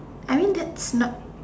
I mean that's not